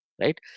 right